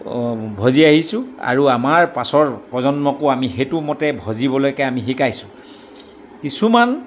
ভজি আহিছোঁ আৰু আমাৰ পাছৰ প্ৰজন্মকো আমি সেইটো মতে ভজিবলৈকে আমি শিকাইছোঁ কিছুমান